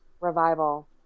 revival